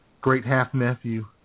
great-half-nephew